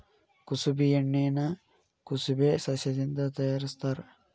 ಕುಸಬಿ ಎಣ್ಣಿನಾ ಕುಸಬೆ ಸಸ್ಯದಿಂದ ತಯಾರಿಸತ್ತಾರ